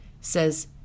says